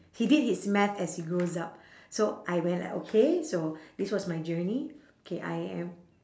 he did his math as he grows up so I went like okay so this was my journey K I am